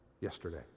yesterday